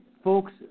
Folks